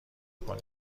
کنی